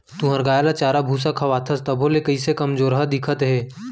तुंहर गाय ल चारा भूसा खवाथस तभो ले कइसे कमजोरहा दिखत हे?